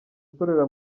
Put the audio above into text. ukorera